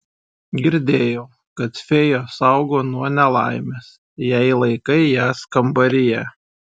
girdėjau kad fėjos saugo nuo nelaimės jei laikai jas kambaryje